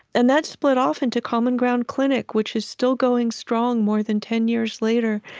and that split off into common ground clinic, which is still going strong more than ten years later.